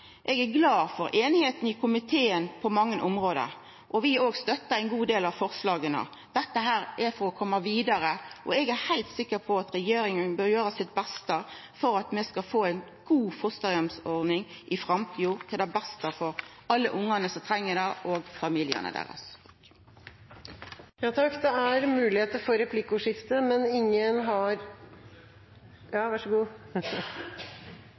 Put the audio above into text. Eg er glad for einigheita i komiteen på mange område, og vi òg støttar ein god del av forslaga. Dette er for å koma vidare, og eg er heilt sikker på at regjeringa vil gjera sitt beste for at vi skal få ei god fosterheimsordning i framtida, til det beste for alle ungane som treng det, og familiane deira. Det blir replikkordskifte. Det var fortsatt mye igjen av taletiden, så jeg tenkte det var litt tid til å tenke seg om – men